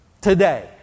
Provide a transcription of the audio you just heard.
Today